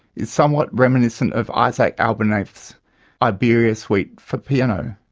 is somewhat reminiscent of isaac albeniz's iberia suite for piano.